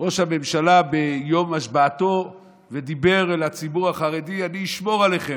ראש הממשלה ביום השבעתו ודיבר אל הציבור החרדי: אני אשמור עליכם.